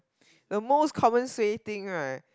the most common suay thing right